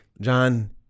John